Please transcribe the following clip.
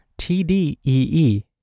TDEE